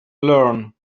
learn